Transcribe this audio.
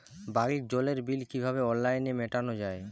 বাড়ির জলের বিল কিভাবে অনলাইনে মেটানো যায়?